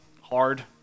hard